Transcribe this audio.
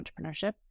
entrepreneurship